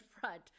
front